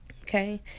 Okay